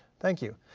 thank you.